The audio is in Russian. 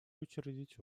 учредить